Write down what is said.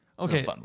Okay